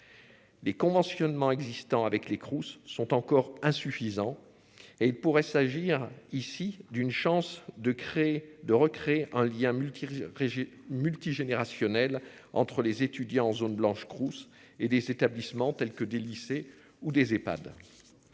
Les conventionnement existants avec les Crous sont encore insuffisants et il pourrait s'agir ici d'une chance de créer de recréer un lien multirisques rejet multi-générationnel entre les étudiants en zone blanche Crous et des établissements tels que des lycées ou des Ehpads.